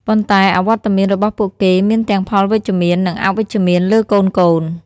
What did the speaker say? ប៉ុន្តែអវត្តមានរបស់ពួកគេមានទាំងផលវិជ្ជមាន និងអវិជ្ជមានលើកូនៗ។